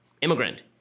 Immigrant